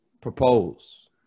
propose